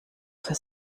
für